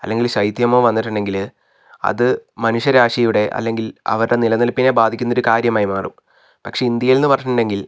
അല്ലെങ്കിൽ ശൈത്യമോ വന്നിട്ടുണ്ടെങ്കില് അത് മനുഷ്യ രാശിയുടെ അല്ലെങ്കിൽ അവരുടെ നിലനിൽപ്പിനെ ബാധിക്കുന്ന ഒരു കാര്യമായി മാറും പക്ഷെ ഇന്ത്യയിൽ എന്ന് പറഞ്ഞിട്ടുണ്ടെങ്കിൽ